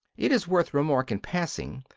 it is worth remark, in passing,